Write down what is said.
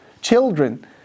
Children